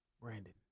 Brandon